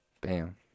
Bam